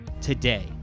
today